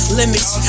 limits